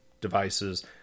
devices